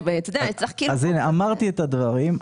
אמרתי את הדברים.